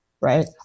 right